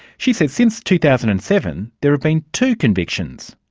she says, since two thousand and seven, there have been two convictions.